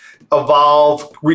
evolve